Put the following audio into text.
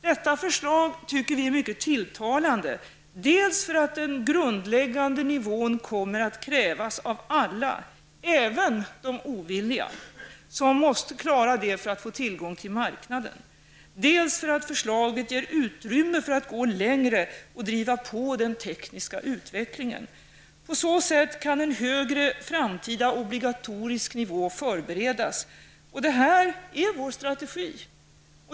Detta förslag tycker vi är mycket tilltalande dels för att den grundläggande nivån kommer att krävas av alla -- även de ovilliga måste klara detta för att få tillgång till marknaden --, dels för att förslaget ger utrymme för att gå längre och driva på den tekniska utvecklingen. På så sätt kan en framtida obligatorisk högre nivå förberedas. Detta är vår strategi.